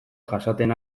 jasaten